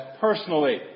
personally